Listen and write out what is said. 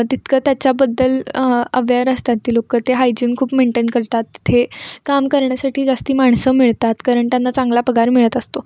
तितकं त्याच्याबद्दल अवेअर असतात ते लोक ते हायजीन खूप मेंटेन करतात तिथे काम करण्यासाठी जास्त माणसं मिळतात कारण त्यांना चांगला पगार मिळत असतो